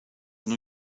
new